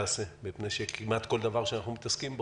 מפני שכמעט כל דבר שאנחנו מתעסקים בו